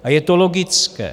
A je to logické.